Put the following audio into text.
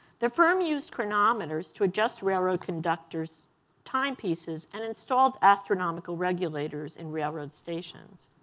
the firm used chronometers to adjust railroad conductors' timepieces and installed astronomical regulators in railroad stations.